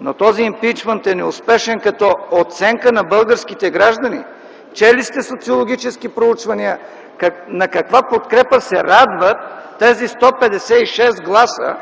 но този импийчмънт е неуспешен като оценка на българските граждани. Чели сте социологически проучвания за това на каква подкрепа се радват тези 156 гласа